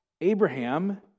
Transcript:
Abraham